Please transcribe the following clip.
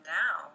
now